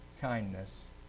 kindness